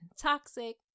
Toxic